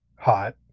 Hot